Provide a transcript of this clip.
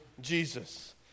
Jesus